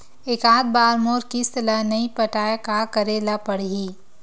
एकात बार मोर किस्त ला नई पटाय का करे ला पड़ही?